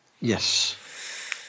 Yes